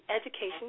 Education